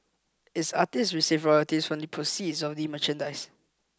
its artists receive royalties from the proceeds of the merchandise